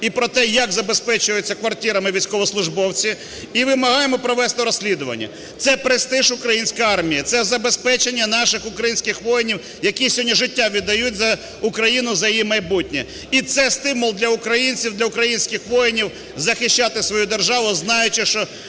і про те, як забезпечуються квартирами військовослужбовці, і вимагаємо провести розслідування. Це престиж української армії, це забезпечення наших українських воїнів, які сьогодні життя віддають за Україну, за її майбутнє. І це стимул для українців, для українських воїнів захищати свою державу, знаючи, що